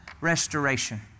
restoration